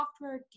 software